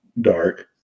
dark